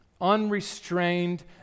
unrestrained